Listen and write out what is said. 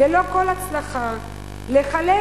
ללא כל הצלחה, לחלק